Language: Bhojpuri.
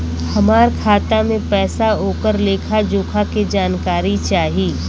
हमार खाता में पैसा ओकर लेखा जोखा के जानकारी चाही?